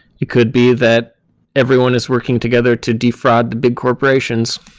it could be that everyone is working together to defraud the big corporations.